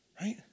Right